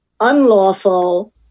unlawful